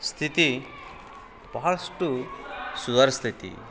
ಸ್ಥಿತಿ ಬಹಳಷ್ಟು ಸುಧಾರಿಸ್ತೈತಿ